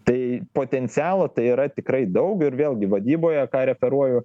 tai potencialo tai yra tikrai daug ir vėlgi vadyboje ką referuoju